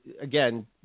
again